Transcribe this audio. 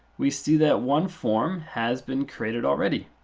we see that one form has been created already.